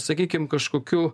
sakykim kažkokių